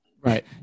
Right